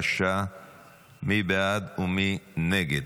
בבקשה, מי בעד ומי נגד?